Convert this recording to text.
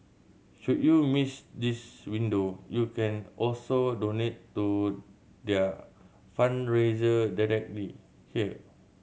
should you miss this window you can also donate to their fundraiser directly here